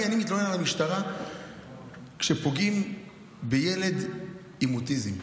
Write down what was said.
אני מתלונן על המשטרה כשפוגעים בילד עם אוטיזם.